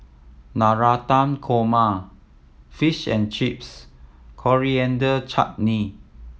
Navratan Korma Fish and Chips Coriander Chutney